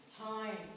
time